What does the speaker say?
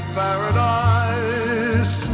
paradise